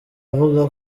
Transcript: avuga